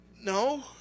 No